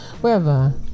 wherever